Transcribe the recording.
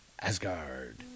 Asgard